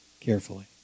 carefully